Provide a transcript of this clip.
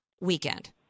weekend